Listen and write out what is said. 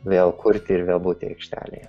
vėl kurti ir vėl būti aikštelėje